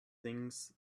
things